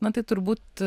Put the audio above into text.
man tai turbūt